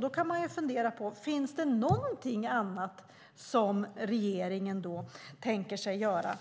Man kan fundera på om det finns någonting annat som regeringen tänker göra.